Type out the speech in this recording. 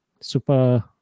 super